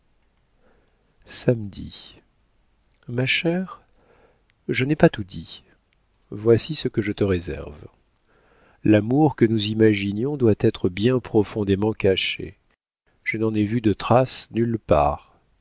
samedi ma chère je n'ai pas tout dit voici ce que je te réserve l'amour que nous imaginions doit être bien profondément caché je n'en ai vu de trace nulle part